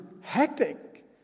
hectic